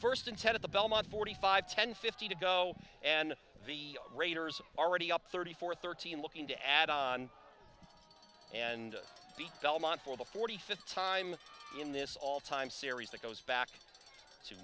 first instead of the belmont forty five ten fifty to go and the raiders are already up thirty four thirteen looking to add on and the belmont for the forty fifth time in this all time series that goes back